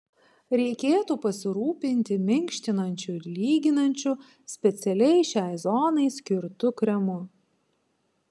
reikėtų pasirūpinti minkštinančiu ir lyginančiu specialiai šiai zonai skirtu kremu